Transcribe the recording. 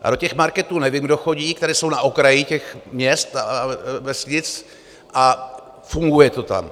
Do těch marketů nevím, kdo chodí, které jsou na okraji těch měst a vesnic, a funguje to tam.